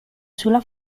sulla